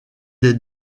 des